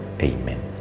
Amen